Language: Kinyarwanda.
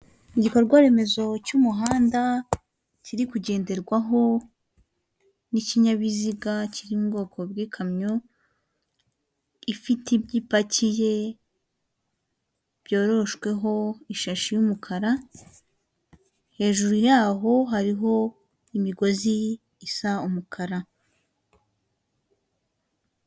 Igikorwa remezo cy'umuhanda kiri kugenderwaho n'ikinyabiziga kiri mu bwoko bw'ikamyo, ifite ibyo ipakiye byoroshweho ishashi y'umukara. Hejuru yaho hariho imigozi isa umukara.